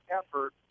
effort